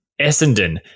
Essendon